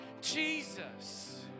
Jesus